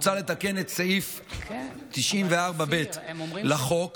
מוצע לתקן את סעיף 94(ב) לחוק